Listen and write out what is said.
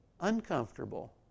uncomfortable